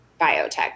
biotech